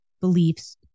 beliefs